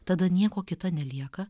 tada nieko kita nelieka